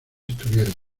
estuvieron